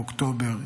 באוקטובר,